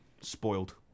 Spoiled